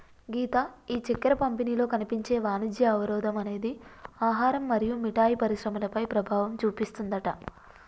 గీత ఈ చక్కెర పంపిణీలో కనిపించే వాణిజ్య అవరోధం అనేది ఆహారం మరియు మిఠాయి పరిశ్రమలపై ప్రభావం చూపిస్తుందట